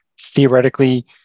theoretically